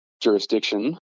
jurisdiction